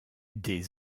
des